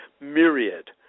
myriad